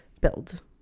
build